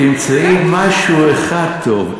תמצאי משהו אחד טוב.